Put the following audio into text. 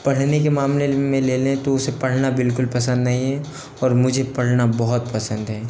पढ़ने के मामले में ले लें तो उसे पढ़ना बिल्कुल पसंद नहीं है और मुझे पढ़ना बहुत पसंद है